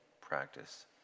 practice